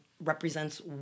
represents